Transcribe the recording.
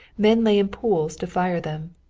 men lay in pools to fire them.